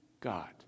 God